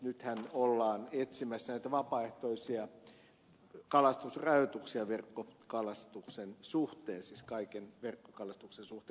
nythän ollaan etsimässä näitä vapaaehtoisia kalastusrajoituksia verkkokalastuksen suhteen siis kaiken verkkokalastuksen suhteen